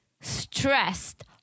stressed